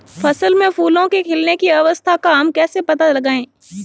फसल में फूलों के खिलने की अवस्था का हम कैसे पता लगाएं?